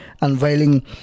unveiling